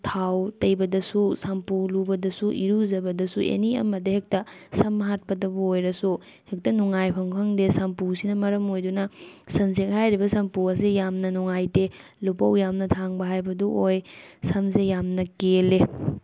ꯊꯥꯎ ꯇꯩꯕꯗꯁꯨ ꯁꯝꯄꯨ ꯂꯨꯕꯗꯁꯨ ꯏꯔꯨꯖꯕꯗꯁꯨ ꯑꯦꯅꯤ ꯑꯃꯗ ꯍꯦꯛꯇ ꯁꯝ ꯍꯥꯠꯄꯗꯕꯨ ꯑꯣꯏꯔꯁꯨ ꯍꯦꯛꯇ ꯅꯨꯡꯉꯥꯏꯐꯝ ꯈꯪꯗꯦ ꯁꯝꯄꯨꯁꯤꯅ ꯃꯔꯝ ꯑꯣꯏꯗꯨꯅ ꯁꯟꯁꯤꯜꯛ ꯍꯥꯏꯔꯤꯕ ꯁꯝꯄꯨ ꯑꯁꯤ ꯌꯥꯝꯅ ꯅꯨꯡꯉꯥꯏꯇꯦ ꯂꯨꯄꯧ ꯌꯥꯝꯅ ꯊꯥꯡꯕ ꯍꯥꯏꯕꯗꯣ ꯑꯣꯏ ꯁꯝꯁꯦ ꯌꯥꯝꯅ ꯀꯦꯜꯂꯦ